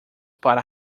para